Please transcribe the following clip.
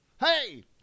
Hey